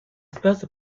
brother